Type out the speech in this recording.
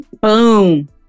Boom